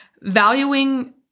valuing